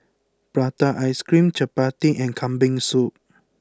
Prata Ice Cream Chappati and Kambing Soup